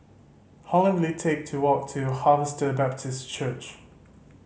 how long will it take to walk to Harvester Baptist Church